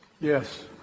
Yes